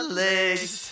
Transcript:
legs